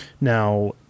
Now